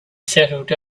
settled